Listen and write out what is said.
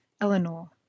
Eleanor